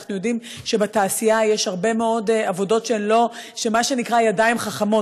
אנחנו יודעים שבתעשייה יש הרבה מאוד עבודות של מה שנקרא "ידיים חכמות",